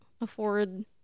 afford